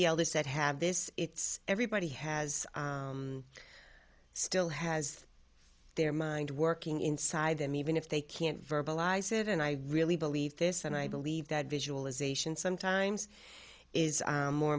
the elders said have this it's everybody has still has their mind working inside them even if they can't verbalize it and i really believe this and i believe that visualization sometimes is more